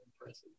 impressive